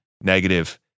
negative